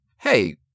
Hey